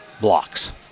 blocks